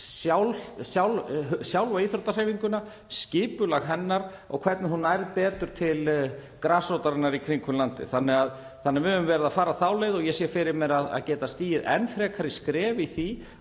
sjálfa íþróttahreyfinguna, skipulag hennar og hvernig hún nær betur til grasrótarinnar í kringum landið. Við höfum því verið að fara þá leið og ég sé fyrir mér að geta stigið enn frekari skref í því